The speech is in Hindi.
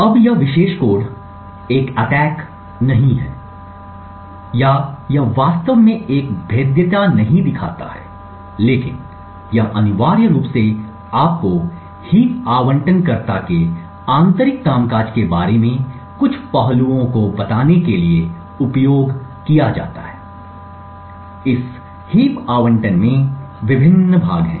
अब यह विशेष कोड एक अटैक नहीं है या यह वास्तव में एक भेद्यता नहीं दिखाता है लेकिन यह अनिवार्य रूप से आपको हीप आवंटनकर्ता के आंतरिक कामकाज के बारे में कुछ पहलुओं को बताने के लिए उपयोग किया जाता है इस हीप आवंटन में विभिन्न भाग हैं